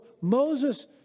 Moses